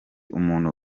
umuntu